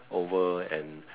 over and